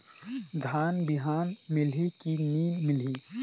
धान बिहान मिलही की नी मिलही?